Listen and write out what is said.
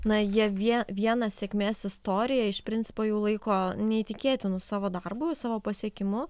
na jie viena vieną sėkmės istoriją iš principo jau laiko neįtikėtinu savo darbu savo pasiekimu